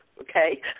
okay